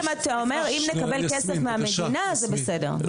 אתה אומר: אם נקבל כסף מהמדינה אז זה בסדר,